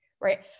right